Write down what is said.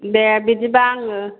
दे बिदिब्ला आङो